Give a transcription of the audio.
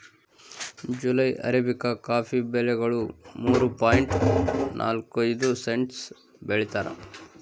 July arabica coffee ಬೆಲೆಗಳು ಮೂರು point ನಾಲ್ಕು ಐದು ಸೆಂಟ್ಸ್ ಬೆಳೀತಾರ